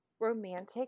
romantic